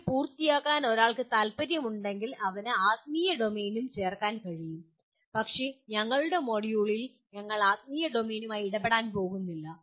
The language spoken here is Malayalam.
ഇത് പൂർത്തിയാക്കാൻ ഒരാൾക്ക് താൽപ്പര്യമുണ്ടെങ്കിൽ അവന് ആത്മീയ ഡൊമെയ്നും ചേർക്കാൻ കഴിയും പക്ഷേ ഞങ്ങളുടെ മൊഡ്യൂളിൽ ഞങ്ങൾ ആത്മീയ ഡൊമെയ്നുമായി ഇടപെടാൻ പോകുന്നില്ല